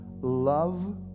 love